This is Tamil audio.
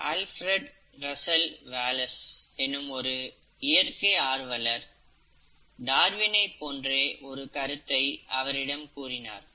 ஆல்ஃப்ரெட் ரசல் வாலெஸ் எனும் ஒரு இயற்கை ஆர்வலர் டார்வினை போன்றே ஒரு கருத்தை அவரிடம் கூறினார்